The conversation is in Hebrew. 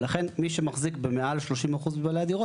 לכן מי שמחזיק במעל 30% מבעלי הדירות,